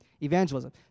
evangelism